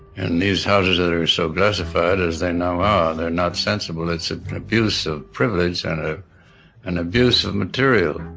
and these houses that are so classified as they now are, they're not sensible. it's ah an abuse of privilege and ah an abuse of material.